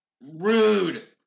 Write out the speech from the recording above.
Rude